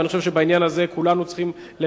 ואני חושב שבעניין הזה כולנו צריכים לעסוק,